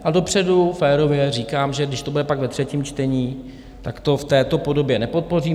A dopředu férově říkám, že když to bude pak ve třetím čtení, tak to v této podobě nepodpořím.